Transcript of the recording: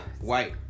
White